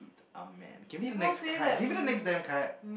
a man give him the next card give him the next damn card